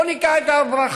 בואו ניקח את הר ברכה,